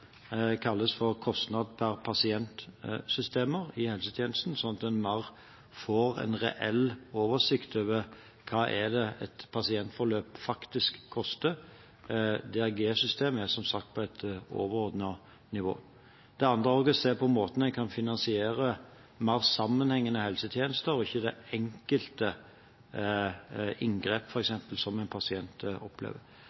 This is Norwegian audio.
kalles kostnad-per-pasient-systemer i helsetjenesten, sånn at en får en mer reell oversikt over hva det er et pasientforløp faktisk koster. DRG-systemet er, som sagt, på et overordnet nivå. Det andre er å se på måten en kan finansiere mer sammenhengende helsetjenester og ikke f.eks. det enkelte inngrep som en pasient opplever – dette for